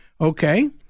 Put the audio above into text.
okay